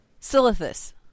Silithus